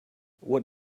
what